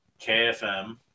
KFM